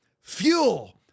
fuel